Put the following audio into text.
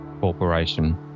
corporation